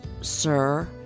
sir